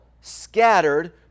scattered